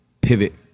pivot